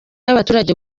y’abaturage